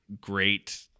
great